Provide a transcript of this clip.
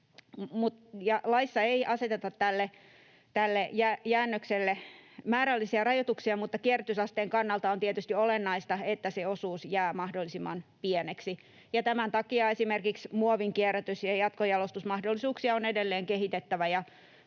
laissa aseteta tälle jäännökselle määrällisiä rajoituksia, mutta kierrätysasteen kannalta on tietysti olennaista, että se osuus jää mahdollisimman pieneksi, ja tämän takia esimerkiksi muovin kierrätys- ja jatkojalostusmahdollisuuksia on edelleen kehitettävä